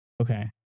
Okay